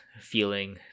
feeling